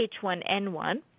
H1N1